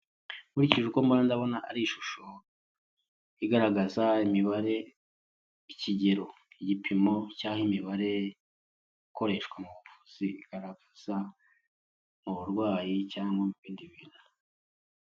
Nkurikije uko mbana ndabona ari ishusho igaragaza imibare ikigero igipimo cy'aho imibare ikoreshwa mu buvuzi igaragaza, mu burwayi cyangwa bindi bintu.